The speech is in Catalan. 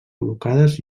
col·locades